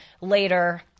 later